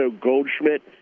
Goldschmidt